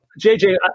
JJ